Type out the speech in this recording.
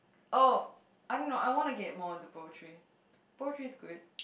oh I don't know I wana get more into poetry poetry is good